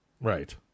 Right